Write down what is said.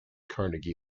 carnegie